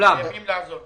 מוכרחים לעזור.